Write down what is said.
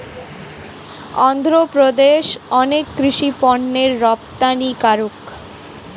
অন্ধ্রপ্রদেশ অনেক কৃষি পণ্যের রপ্তানিকারক